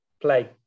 play